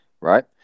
right